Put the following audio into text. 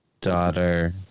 Daughter